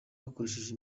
wakoresheje